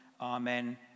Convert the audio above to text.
amen